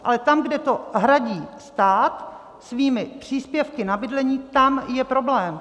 Ale tam, kde to hradí stát svými příspěvky na bydlení, tam je problém.